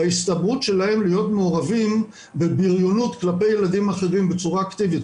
בהסתברות שלהם להיות מעורבים בבריונות כלפי ילדים אחרים בצורה אקטיבית,